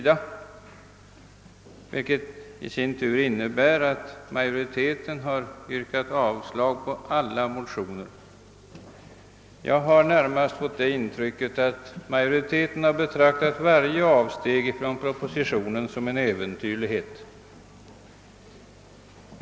Det innebär att majoriteten yrkar avslag på alla motioner. Jag har närmast fått det intrycket att majoriteten har betraktat varje avsteg från propositionen som en äventyrlighet.